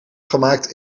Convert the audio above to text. gemaakt